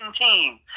team